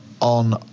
on